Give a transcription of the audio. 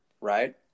right